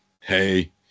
Hey